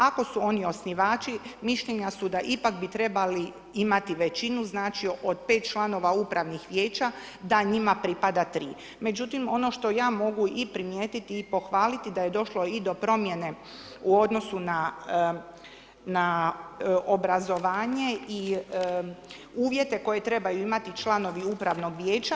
Ako su oni osnivači, mišljenja su da ipak bi trebali imati većinu, znači od pet članova upravnih vijeća da njima pripada 3. Međutim, ono što ja mogu i primijetiti i pohvaliti da je došlo i do promjene u odnosu na obrazovanje i uvjete koje trebaju imati članovi upravnog vijeća.